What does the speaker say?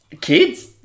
Kids